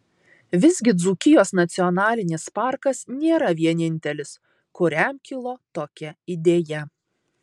visgi dzūkijos nacionalinis parkas nėra vienintelis kuriam kilo tokia idėja